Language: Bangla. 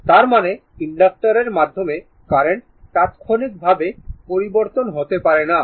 তার মানে ইনডাক্টরের মাধ্যমে কারেন্ট তাৎক্ষণিকভাবে পরিবর্তন হতে পারে না